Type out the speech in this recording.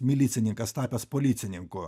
milicininkas tapęs policininku